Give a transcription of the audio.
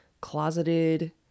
closeted